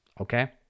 okay